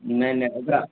नहि नहि ओकरा